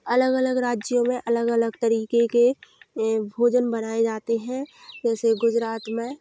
अलग अलग राज्यों में अलग अलग तरीके के भोजन बनाए जाते हैं वैसे गुजरात में